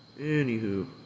Anywho